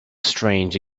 strange